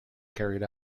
carried